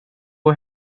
och